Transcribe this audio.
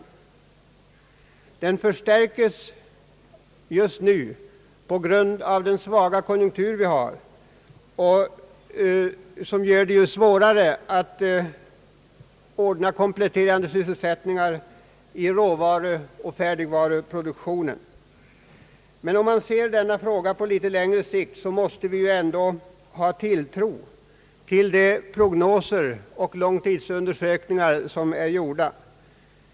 Svårigheterna förstärkes just nu på grund av den svaga konjunkturen, som gör det svårare att ordna kompletterande sysselsättningar i råvaruoch färdigvaruproduktionen. Men om man ser frågan på litet längre sikt, måste vi ändå ha tilltro till de prognoser och långtidsundersökningar som är gjorda.